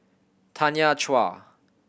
Tanya Chua